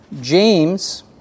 James